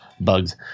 Bugs